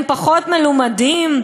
הם פחות מלומדים?